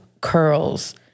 curls